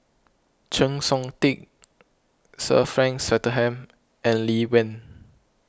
Chng Seok Tin Sir Frank Swettenham and Lee Wen